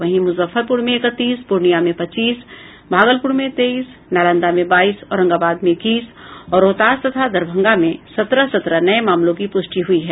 वहीं मुजफ्फरपुर में इकतीस पूर्णिया में पच्चीस भागलपुर में तेईस नालंदा में बाईस औरंगाबाद में इक्कीस और रोहतास तथा दरभंगा में सत्रह सत्रह नये मामलों की पुष्टि हुई है